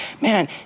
man